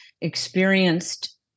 experienced